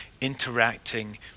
interacting